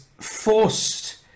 forced